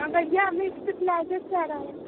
हाँ भैया अभी इस्टेपलाइजर से आ रहा है